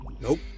Nope